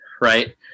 right